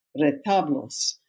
retablos